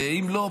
אם לא,